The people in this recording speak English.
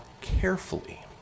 carefully